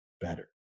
better